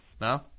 No